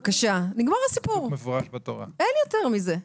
בבקשה, נגמר הסיפור, אין יותר מזה.